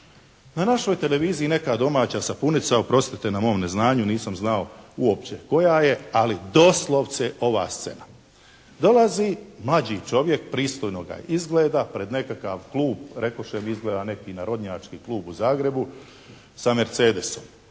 Na našoj televiziji neka domaća sapunica oprostite na mom neznanju, nisam znao uopće koja je, ali doslovce ova scena. Dolazi mlađi čovjek, pristojnoga izgleda pred nekakav klub, rekoše izgleda mi neki narodnjački klub u Zagrebu, sa "Mercedesom".